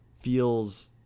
Feels